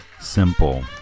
Simple